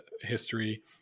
history